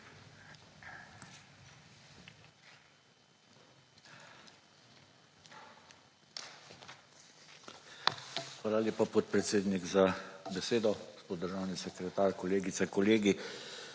Hvala lepa, podpredsednik za besedo. Gospod državni sekretar, kolegica, kolegi.